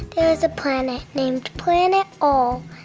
there was a planet named planet all.